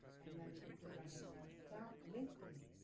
and that is because i have not stopped listening